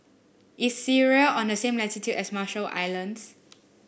is Syria on the same latitude as Marshall Islands